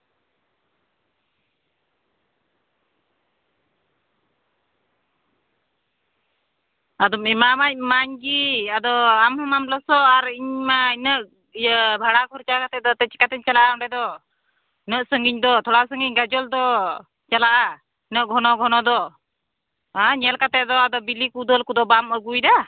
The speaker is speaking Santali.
ᱟᱫᱚ ᱮᱢᱟ ᱢᱟᱧ ᱮᱢᱟᱧ ᱜᱤ ᱟᱫᱚ ᱟᱢ ᱦᱚᱸ ᱢᱟᱢ ᱞᱚᱥᱚᱜ ᱟᱨ ᱤᱧ ᱤᱱᱟᱹᱜ ᱤᱭᱟᱹ ᱵᱷᱟᱲᱟ ᱠᱷᱚᱨᱪᱟ ᱠᱟᱛᱮ ᱫᱚ ᱪᱤᱠᱟᱛᱮᱧ ᱪᱟᱞᱟᱜᱼᱟ ᱚᱸᱰᱮ ᱫᱚ ᱩᱱᱟᱹᱜ ᱥᱟᱺᱜᱤᱧ ᱫᱚ ᱛᱷᱚᱲᱟ ᱥᱟᱺᱜᱤᱧ ᱜᱟᱡᱚᱞ ᱫᱚ ᱪᱟᱞᱟᱜᱼᱟ ᱩᱱᱟᱹᱜ ᱜᱷᱚᱱᱚ ᱜᱷᱚᱱᱚ ᱫᱚ ᱦᱮᱸ ᱧᱮᱞ ᱠᱟᱛᱮ ᱫᱚ ᱵᱤᱞᱤ ᱠᱚ ᱫᱟᱹᱞ ᱠᱚᱫᱚ ᱵᱟᱢ ᱟᱹᱜᱩᱭᱫᱟ